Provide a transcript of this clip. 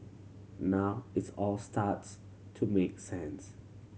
now its all starts to make sense